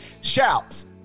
Shouts